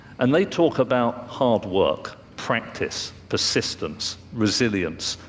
and they talk about hard work, practice, the systems, resilience,